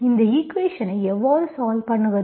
இந்த ஈக்குவேஷன் ஐ எவ்வாறு சால்வ் பண்ணுவது